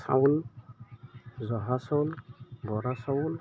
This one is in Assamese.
চাউল জহা চাউল বৰা চাউল